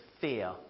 fear